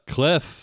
Cliff